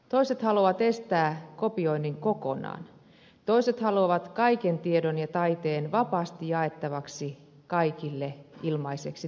toiset haluavat estää kopioinnin kokonaan toiset haluavat kaiken tiedon ja taiteen vapaasti jaettavaksi kaikille ilmaiseksi tietenkin